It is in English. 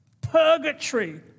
Purgatory